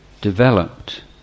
developed